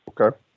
Okay